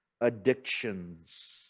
addictions